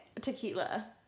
tequila